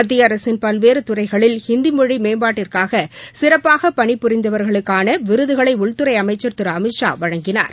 மத்திய அரசின் பல்வேறு துறைகளில் ஹிந்தி மொழி மேம்பாட்டிற்காக சிறப்பாக பணி புரிந்தவர்களுக்கான விருதுகளை உள்துறை அமைச்சா் திரு அமித்ஷா வழங்கினார்